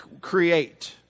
create